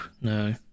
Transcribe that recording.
no